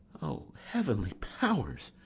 o heavenly powers,